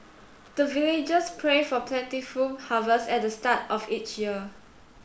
the villagers pray for plentiful harvest at the start of each year